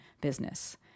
business